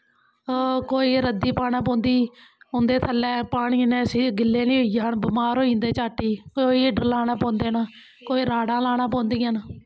कोई रद्दी पाना पौंदी उं'दे थल्लै पानी कन्नै सि गिल्ले निं होई जान बमार होई जंदे झट्ट ही कोई हीटर लाना पौंदे न कोई राड़ां लानां पौंदियां न